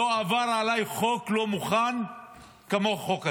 לא עבר אצלי חוק לא מוכן כמו החוק הזה,